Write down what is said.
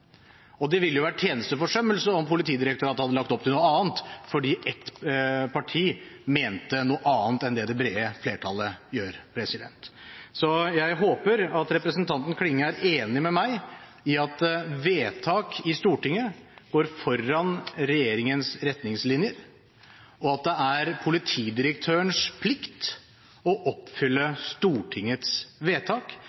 Politidirektoratet. Det ville vært tjenesteforsømmelse om Politidirektoratet hadde lagt opp til noe annet fordi ett parti mente noe annet enn det det brede flertallet gjør. Så jeg håper at representanten Klinge er enig med meg i at vedtak i Stortinget går foran regjeringens retningslinjer, og at det er politidirektørens plikt å oppfylle Stortingets vedtak